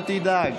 אל תדאג.